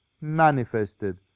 manifested